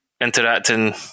interacting